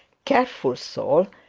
careful soul,